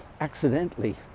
accidentally